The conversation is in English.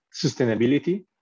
sustainability